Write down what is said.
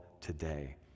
today